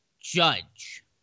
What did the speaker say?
Judge